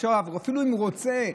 אפילו אם הוא רוצה,